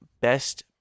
best